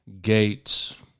Gates